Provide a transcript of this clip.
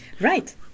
right